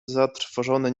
zatrwożony